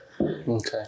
Okay